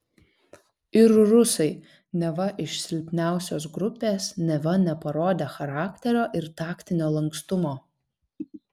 ir rusai neva iš silpniausios grupės neva neparodę charakterio ir taktinio lankstumo